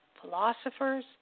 philosophers